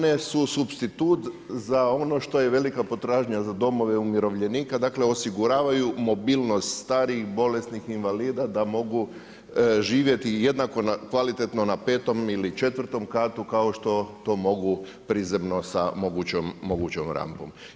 One su supstitut za ono što je velika potražnja za domove umirovljenika, dakle osiguravaju mobilnost starijih, bolesnih invalida da mogu živjeti jednako kvalitetno na petom ili četvrtkom katu kao što to mogu prizemno sa mogućom rampom.